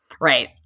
Right